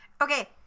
Okay